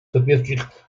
соответствующих